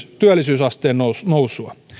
työllisyysasteen nousua nousua